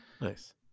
Nice